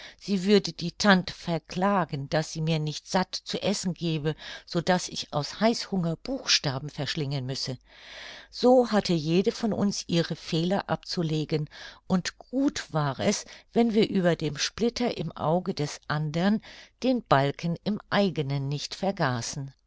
sie würde die tante verklagen daß sie mir nicht satt zu essen gebe so daß ich aus heißhunger buchstaben verschlingen müsse so hatte jede von uns ihre fehler abzulegen und gut war es wenn wir über dem splitter im auge des andern den balken im eigenen nicht vergaßen